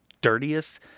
dirtiest